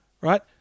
right